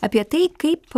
apie tai kaip